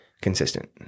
consistent